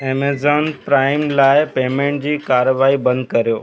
Amazon Prime लाइ payment जी कार्यवाही बंदि कर्यो